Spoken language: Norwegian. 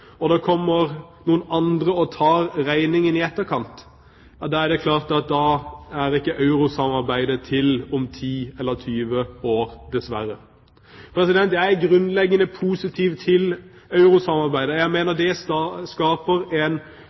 og det så kommer noen andre og tar regningen i etterkant, er det klart at da er ikke eurosamarbeidet til om 10 eller 20 år, dessverre. Jeg er grunnleggende positiv til eurosamarbeidet. Jeg mener det skaper en stabil, stor valuta som vi også kan nyte godt av, men da trenger vi en